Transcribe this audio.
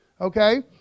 okay